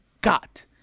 got